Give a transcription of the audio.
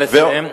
נא לסיים.